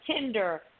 Tinder